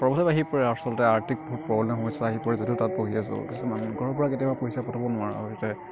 problem আহি পৰে আচলতে আৰ্থিক প্ৰব্লেম সমস্যা আহি পৰে যদিও তাত পঢ়ি আছো কিছুমান ঘৰৰপৰা কেতিয়াবা পইচা পঠাব নোৱাৰা হৈ যায়